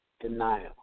denial